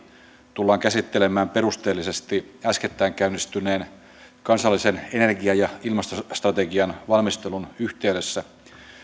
tullaan käsittelemään perusteellisesti äskettäin käynnistyneen kansallisen energia ja ilmastostrategian valmistelun yhteydessä